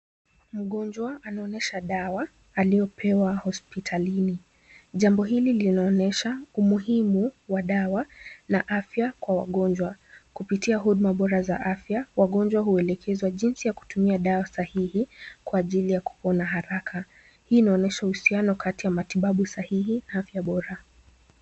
Mgonjwa anaonyesha dawa aliyopewa hospitalini. Jambo hili linaonyesha umuhimu wa dawa na afya kwa wagonjwa. Kupitia huduma bora za afya wagonjwa huelekezwa jinsi ya kutumia dawa sahihi kwa ajili ya kupona haraka. Hii inaonyesha uhusiano kati ya matibabu sahihi na afya bora.